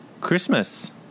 Christmas